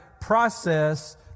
process